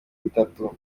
itatu